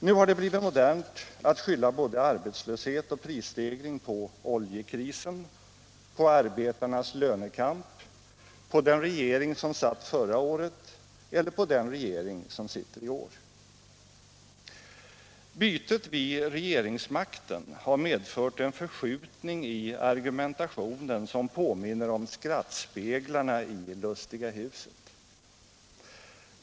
Nu har det blivit modernt att skylla både arbetslöshet och prisstegringar på ”oljekrisen”, på arbetarnas lönekamp, på den regering som satt förra året eller på den regering som sitter i år. Bytet vid regeringsmakten har medfört en förskjutning i argumentationen som påminner om skrattspeglarna i ”Lustiga huset”.